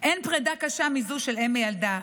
אין פרידה קשה מזו של אם מילדה,